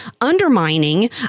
undermining